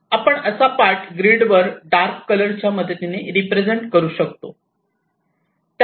आपण असा part grid वर डार्क कलर च्या मदतीने रिप्रेझेंट करू शकतो